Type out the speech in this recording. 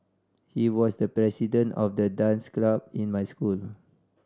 he was the president of the dance club in my school